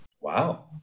Wow